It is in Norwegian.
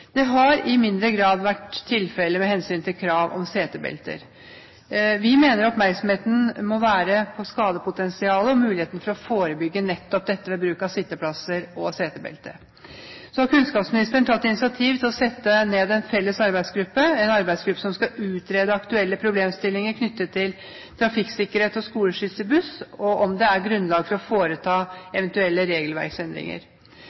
har i mindre grad vært tilfelle med hensyn til krav om setebelter. Vi mener oppmerksomheten må være rettet mot skadepotensialet, og muligheten for å forebygge nettopp dette ved bruk av sitteplasser og setebelte. Kunnskapsministeren har tatt initiativ til å sette ned en felles arbeidsgruppe, en arbeidsgruppe som skal utrede aktuelle problemstillinger knyttet til trafikksikkerhet og skoleskyss i buss, og om det er grunnlag for å foreta